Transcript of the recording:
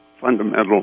fundamental